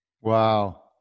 Wow